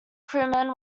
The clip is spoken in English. crewmen